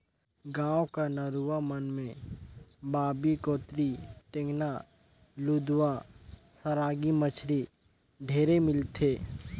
गाँव कर नरूवा मन में बांबी, कोतरी, टेंगना, लुदवा, सरांगी मछरी ढेरे मिलथे